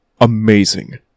Amazing